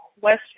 question